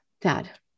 dad